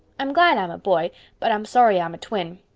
i'm glad i'm a boy but i'm sorry i'm a twin.